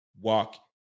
walk